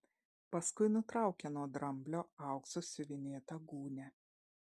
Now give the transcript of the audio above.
paskui nutraukė nuo dramblio auksu siuvinėtą gūnią